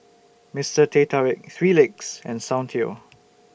Mister Teh Tarik three Legs and Soundteoh